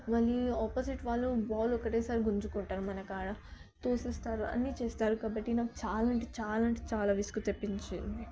మళ్ళీ ఆపోజిట్ వాళ్ళు బాల్ ఒకసారి గుంజుకుంటారు మనకాడ తోసేస్తారు అన్నీ చేస్తారు కాబట్టి నాకు చాలా అంటే చాలా అంటే చాలా విసుగు తెప్పించింది